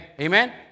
Amen